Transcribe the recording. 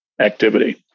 activity